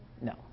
No